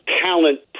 talent